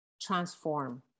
transform